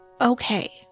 okay